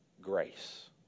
grace